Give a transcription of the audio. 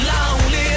Lonely